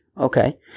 Okay